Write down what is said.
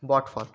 বটফল